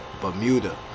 Bermuda